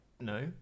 No